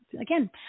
again